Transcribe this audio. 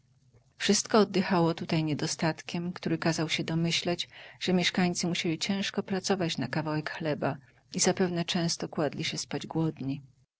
wszystko oddychało tutaj niedostatkiem który kazał się domyślać że mieszkańcy musieli ciężko pracować na kawałek chleba i zapewne często kładli się spać głodni